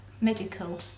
medical